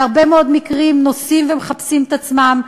בהרבה מאוד מקרים הם נוסעים ומחפשים את עצמם,